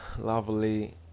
lovely